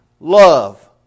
Love